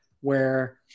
where-